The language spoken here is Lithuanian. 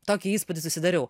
tokį įspūdį susidariau